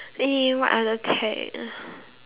eh what other